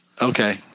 Okay